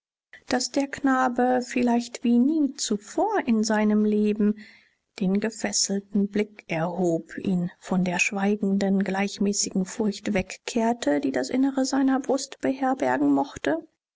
daß der knabe vielleicht wie nie zuvor in seinem leben den gefesselten blick erhob ihn von der schweigenden gleichmäßigen furcht wegkehrte die das innere seiner brust beherbergen mochte